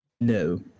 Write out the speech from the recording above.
No